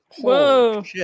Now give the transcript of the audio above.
Whoa